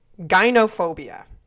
Gynophobia